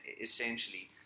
essentially